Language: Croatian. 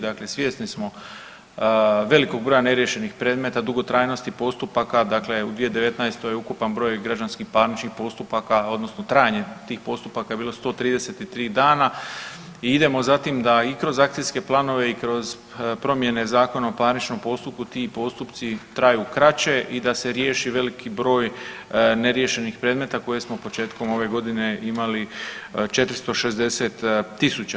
Dakle, svjesni smo velikog broja neriješenih predmeta, dugotrajnosti postupaka, dakle u 2019. je ukupan broj građanskih parničnih postupaka odnosno trajanje tih postupaka je bilo 133 dana i idemo za tim da i kroz akcijske planove i kroz promjene Zakona o parničnom postupku ti postupci traju kraće i da se riješi veliki broj neriješenih predmeta koje smo početkom ove godine imali 460.000.